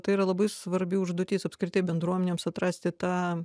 tai yra labai svarbi užduotis apskritai bendruomenėms atrasti tą